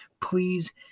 please